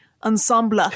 Ensemble